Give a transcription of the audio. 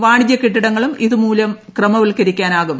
വാണിജ്യ കെട്ടിടങ്ങൾക്കും ഇതുമൂലം ക്രമവത്ക്കരിക്കാനാകും